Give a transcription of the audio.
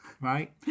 Right